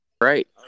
Right